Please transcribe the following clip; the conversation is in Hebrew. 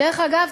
דרך אגב,